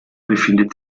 befindet